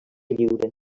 lliure